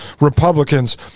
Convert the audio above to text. Republicans